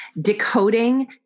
decoding